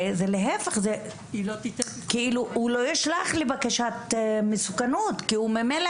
והוא לא ישלח בקשה להערכת מסוכנות כי ממילא